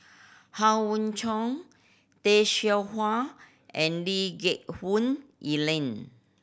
Howe Yoon Chong Tay Seow Huah and Lee Geck Hoon Ellen